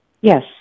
Yes